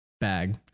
bag